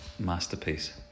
masterpiece